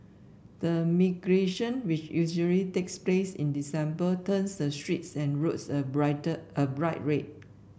the migration which usually takes place in December turns the streets and roads a brighter a bright red